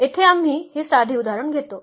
येथे आम्ही हे साधे उदाहरण घेतो